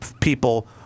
people